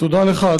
תודה לך,